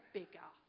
bigger